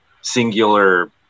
singular